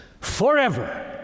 forever